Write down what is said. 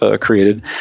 created